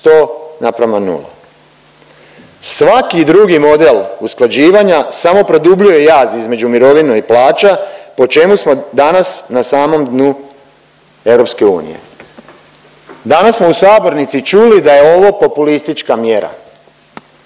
100:0. Svaki drugi model usklađivanja samo produbljuje jaz između mirovina i plaća, po čemu smo danas na samom dnu EU. Danas smo u sabornici čuli da je ovo populistička mjera.